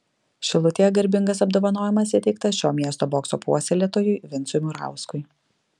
šilutėje garbingas apdovanojimas įteiktas šio miesto bokso puoselėtojui vincui murauskui